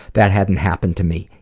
that hadn't happened to me,